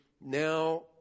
now